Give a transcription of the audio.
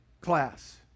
class